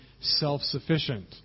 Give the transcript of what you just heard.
self-sufficient